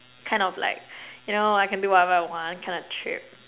kind of like you know I can do whatever I want kind of trip